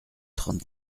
trente